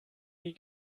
die